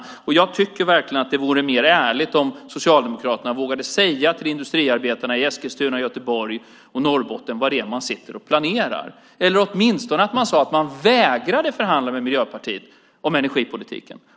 Jag tycker att det vore mer ärligt om Socialdemokraterna vågade säga till industriarbetarna i Eskilstuna, Göteborg och Norrbotten vad det är man sitter och planerar eller åtminstone säga att man vägrade att förhandla med Miljöpartiet om energipolitiken.